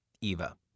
Eva